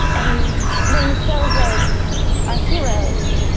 and when we celebrate our heroes,